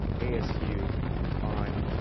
asu on